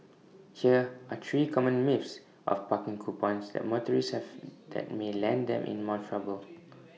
here are three common myths of parking coupons that motorists have that may land them in more trouble